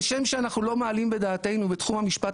כשם שאנחנו לא מעלים בדעתנו בתחום המשפט